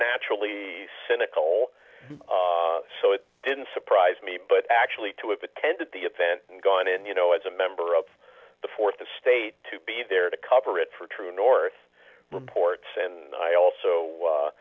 naturally cynical so it didn't surprise me but actually two of attended the event and gone and you know as a member of the fourth estate to be there to cover it for true north reports and i also